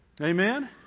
amen